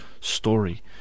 story